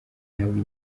ntabwo